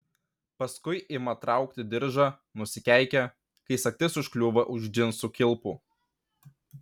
paskui ima traukti diržą nusikeikia kai sagtis užkliūva už džinsų kilpų